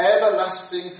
everlasting